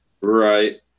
Right